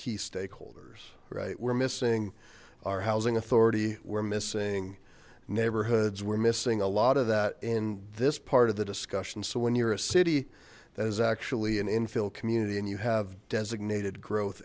key stakeholders right we're missing our housing authority we're missing neighborhoods we're missing a lot of that in this part of the discussion so when you're a city that is actually an infill community and you have designated growth